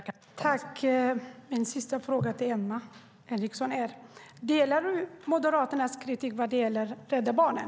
Fru talman! En sista fråga till Emma Henriksson: Delar du Moderaternas kritik vad gäller Rädda Barnen?